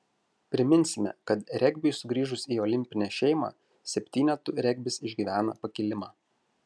priminsime kad regbiui sugrįžus į olimpinę šeimą septynetų regbis išgyvena pakilimą